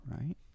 right